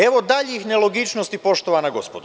Evo daljih nelogičnosti poštovana gospodo.